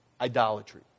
Idolatry